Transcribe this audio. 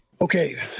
Okay